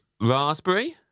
raspberry